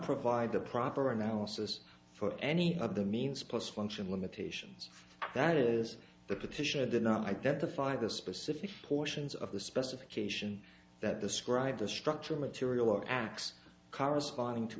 provide the proper analysis for any other means plus function limitations that is the petitioner they're not identify the specific portions of the specification that describe the structural material or acts corresponding to